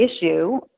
issue